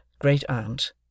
great-aunt